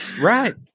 Right